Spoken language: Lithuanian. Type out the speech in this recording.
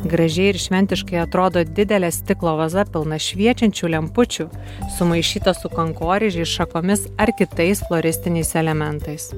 gražiai ir šventiškai atrodo didelė stiklo vaza pilna šviečiančių lempučių sumaišyta su kankorėžiais šakomis ar kitais floristiniais elementais